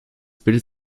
bildet